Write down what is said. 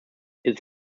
its